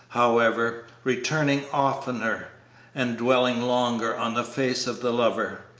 however, returning oftener and dwelling longer on the face of the lover,